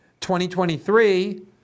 2023